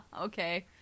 Okay